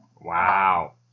Wow